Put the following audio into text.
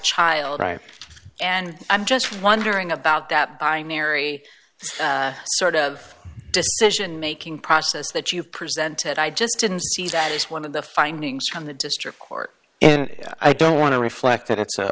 child right and i'm just wondering about that by mary sort of decision making process that you presented i just didn't see that it's one of the findings from the district court and i don't want to reflect th